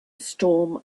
storm